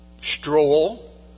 stroll